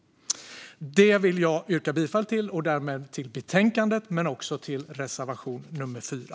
Detta vill jag yrka bifall till, och därmed yrkar jag bifall till förslaget i betänkandet. Jag vill också yrka bifall till reservation 4.